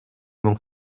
m’en